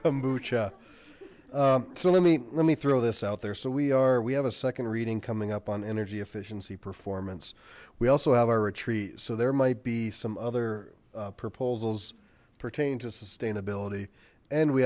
kombucha so let me let me throw this out there so we are we have a second reading coming up on energy efficiency performance we also have our retreat so there might be some other proposals pertaining to sustainability and we